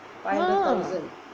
ah